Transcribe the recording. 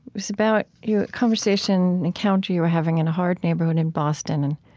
it's about your conversation, encounter, you were having in a hard neighborhood in boston and